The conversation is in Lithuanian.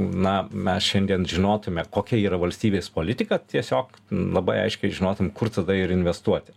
na mes šiandien žinotume kokia yra valstybės politika tiesiog labai aiškiai žinotum kur tada ir investuoti